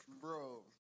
Bro